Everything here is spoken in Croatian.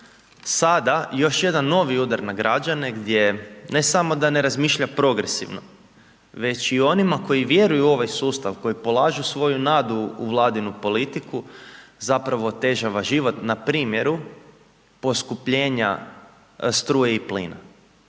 sada još jedan novi udar na građane gdje ne samo da ne razmišlja progresivno već i onima koji vjeruju u ovaj sustav koji polažu svoju nadu u Vladinu politiku zapravo otežava život na primjeru poskupljenja struje i plina.